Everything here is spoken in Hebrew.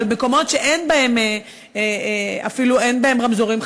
אבל מקומות שאין בהם אפילו רמזורים,